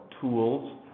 tools